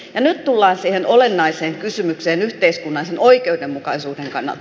ja nyt tullaan siihen olennaiseen kysymykseen yhteiskunnallisen oikeudenmukaisuuden kannalta